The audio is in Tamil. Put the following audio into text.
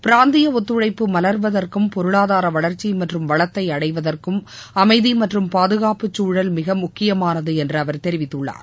பிராந்திய ஒத்துழைப்பு மலர்வதற்கும் பொருளாதார வளர்ச்சி மற்றும் வளத்தை அடைவதற்கும் அமைதி மற்றும் பாதுகாப்புச் சூழல் மிக முக்கியமானது என்று அவர் தெரிவித்துள்ளார்